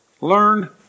Learn